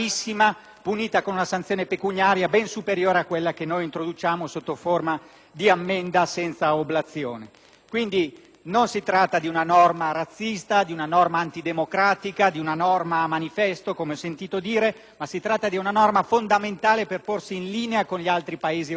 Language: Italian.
Quindi, non si tratta di una norma razzista o antidemocratica o di una norma manifesto, come ho sentito dire, bensì di una norma fondamentale per porsi in linea con gli altri Paesi europei nella lotta all'immigrazione clandestina se la si vuole fare davvero, e noi intendiamo farla davvero.